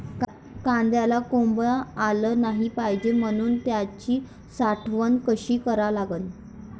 कांद्याले कोंब आलं नाई पायजे म्हनून त्याची साठवन कशी करा लागन?